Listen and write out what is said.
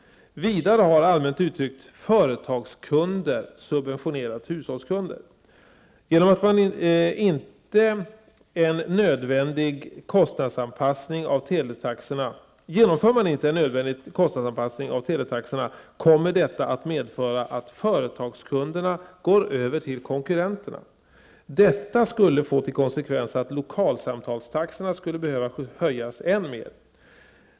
Vidare har, allmänt uttryckt, företagskunder subventionerat hushållskunder. Genomför man inte en nödvändig kostnadsanpassning av teletaxorna, kommer detta att medföra att företagskunderna går över till konkurrenterna. Detta skulle få till konsekvens att lokalsamtalstaxorna skulle kunna behöva höjas än mer.